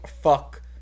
fuck